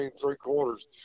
three-quarters